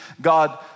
God